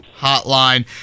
Hotline